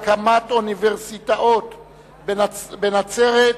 הצעת החוק מדברת על הקמת אוניברסיטאות בנצרת,